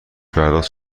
پرداخت